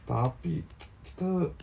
tapi kita